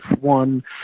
one